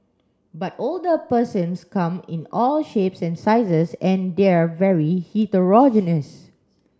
but older persons come in all shapes and sizes and they're very heterogeneous